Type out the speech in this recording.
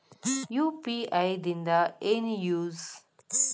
UPI ದಿಂದ ಏನು use?